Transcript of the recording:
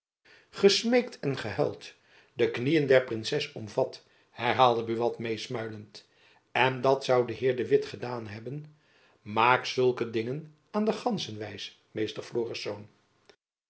gesmeekt en gehuild de knieën der princes omvat herhaalde buat meesmuilend en dat zoû de heer de witt gedaan hebben maak zulke dingen aan de ganzen wijs